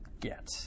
get